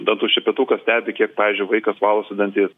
dantų šepetukas stebi kiek pavyzdžiui vaikas valosi dantis